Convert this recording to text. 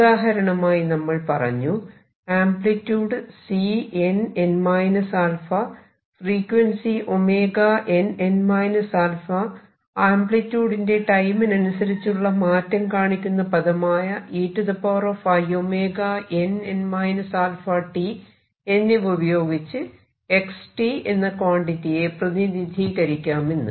ഉദാഹരണമായി നമ്മൾ പറഞ്ഞു amplitude Cn n α frequency n n α ആംപ്ലിട്യൂഡിന്റെ ടൈമിനനുസരിച്ചുള്ള മാറ്റം കാണിക്കുന്ന പദമായ einn αt എന്നിവ ഉപയോഗിച്ച് x എന്ന ക്വാണ്ടിറ്റിയെ പ്രതിനിധീകരിക്കാമെന്ന്